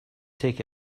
take